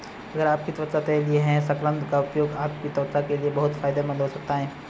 अगर आपकी त्वचा तैलीय है तो शकरकंद का उपयोग आपकी त्वचा के लिए बहुत फायदेमंद हो सकता है